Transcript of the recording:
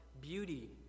beauty